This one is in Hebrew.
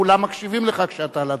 כולם מקשיבים לך כשאתה על הדוכן.